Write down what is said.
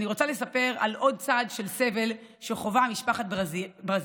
אני רוצה לספר על עוד צד של סבל שחווה משפחת ברזילי,